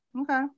Okay